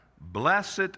blessed